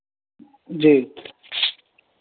जी